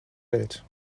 welt